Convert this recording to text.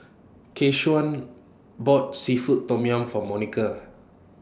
Keshaun bought Seafood Tom Yum For Monika